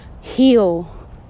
heal